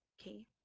okay